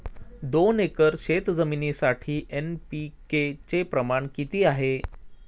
दोन एकर शेतजमिनीसाठी एन.पी.के चे प्रमाण किती आहे?